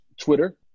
Twitter